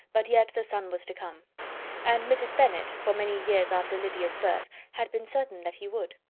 but yet the son was to come and mrs. bennet, for many years after lydia's birth, had been certain that he would.